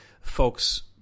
folks